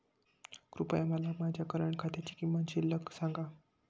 कृपया मला माझ्या करंट खात्याची किमान शिल्लक सांगा